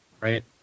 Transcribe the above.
right